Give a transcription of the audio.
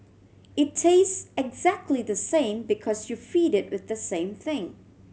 it tastes exactly the same because you feed it with the same thing